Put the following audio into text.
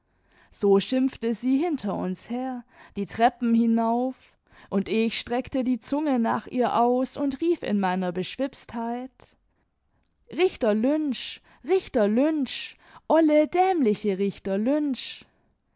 so schimpfte sie hinter uns her die treppen hinauf imd ich streckte die zunge nach ihr aus und rief in meiner beschwipstheit richter lynch richter lynch i olle dämliche richter lynch